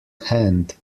hand